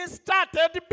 started